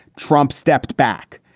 trump stepped back.